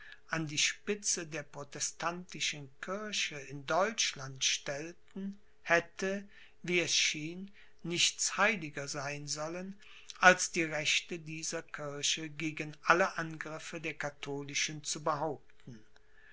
an die spitze der protestantischen kirche in deutschland stellten hätte wie es schien nichts heiliger sein sollen als die rechte dieser kirche gegen alle angriffe der katholischen zu behaupten